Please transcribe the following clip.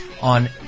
on